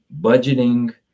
budgeting